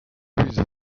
whose